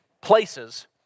places